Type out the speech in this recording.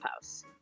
House